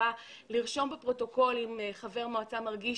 החובה לרשום בפרוטוקול אם חבר מועצה מרגיש